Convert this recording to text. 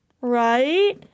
Right